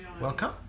Welcome